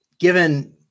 given